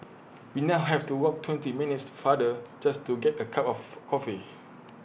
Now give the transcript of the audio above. we now have to walk twenty minutes farther just to get A cup of coffee